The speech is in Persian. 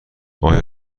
آیا